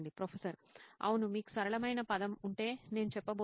professor అవును మీకు సరళమైన పదం ఉంటే నేను చెప్పబోతున్నాను